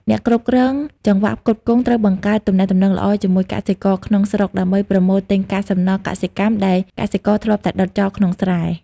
អ្នកគ្រប់គ្រងចង្វាក់ផ្គត់ផ្គង់ត្រូវបង្កើតទំនាក់ទំនងល្អជាមួយកសិករក្នុងស្រុក ដើម្បីប្រមូលទិញកាកសំណល់កសិកម្មដែលកសិករធ្លាប់តែដុតចោលក្នុងស្រែ។